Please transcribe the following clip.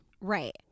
right